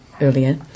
earlier